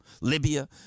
Libya